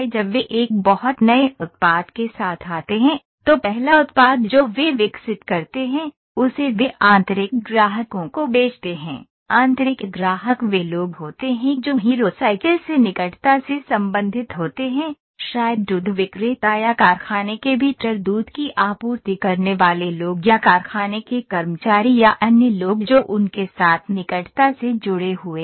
जब वे एक बहुत नए उत्पाद के साथ आते हैं तो पहला उत्पाद जो वे विकसित करते हैं उसे वे आंतरिक ग्राहकों को बेचते हैं आंतरिक ग्राहक वे लोग होते हैं जो हीरो साइकिल से निकटता से संबंधित होते हैं शायद दूध विक्रेता या कारखाने के भीतर दूध की आपूर्ति करने वाले लोग या कारखाने के कर्मचारी या अन्य लोग जो उनके साथ निकटता से जुड़े हुए हैं